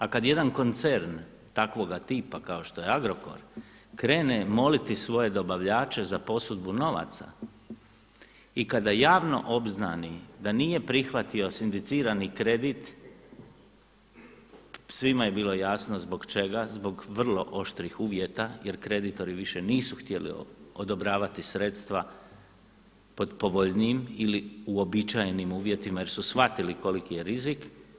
A kad jedan koncern takvoga tipa kao što je Agrokor krene moliti svoje dobavljače za posudbu novaca i kada javno obznani da nije prihvatio sindicirani kredit svima je bilo jasno zbog čega, zbog vrlo oštrih uvjeta jer kreditori više nisu htjeli odobravati sredstva pod povoljnijim ili uobičajenim uvjetima jer su shvatili koliki je rizik.